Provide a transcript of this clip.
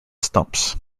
stumps